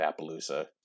Appaloosa